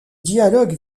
dialogue